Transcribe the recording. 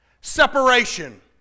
Separation